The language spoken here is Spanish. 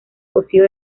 cocido